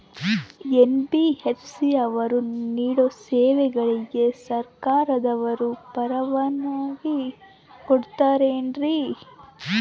NBFC ಅವರು ನೇಡೋ ಸೇವೆಗಳಿಗೆ ಸರ್ಕಾರದವರು ಪರವಾನಗಿ ಕೊಟ್ಟಾರೇನ್ರಿ?